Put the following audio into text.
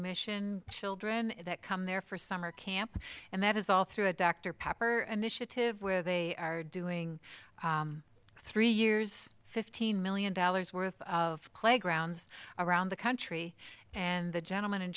mission children that come there for summer camp and that is all through a dr pepper an initiative where they are doing three years fifteen million dollars worth of playgrounds around the country and the gentleman in